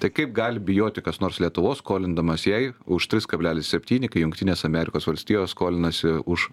tai kaip gali bijoti kas nors lietuvos skolindamas jei už trys kabelis septyni kai jungtinės amerikos valstijos skolinasi už